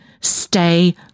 Stay